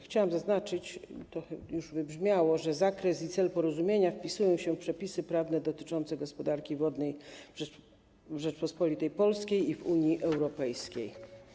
Chciałam zaznaczyć, to już wybrzmiało, że w zakres i cel porozumienia wpisują się przepisy prawne dotyczące gospodarki wodnej w Rzeczypospolitej Polskiej i w Unii Europejskiej.